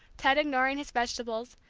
ted ignoring his vegetables,